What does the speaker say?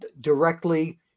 directly –